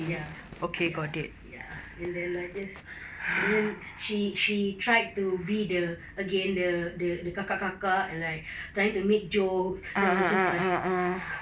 ya ya ya and then I just she she tried to be the again the the the kakak kakak like trying to make jokes I was just like